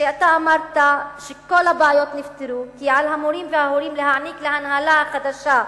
ואתה אמרת שכל הבעיות נפתרו וכי על המורים וההורים להעניק להנהלה החדשה,